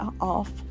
off